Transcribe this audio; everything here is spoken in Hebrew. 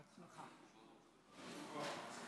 תודה רבה.